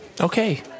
Okay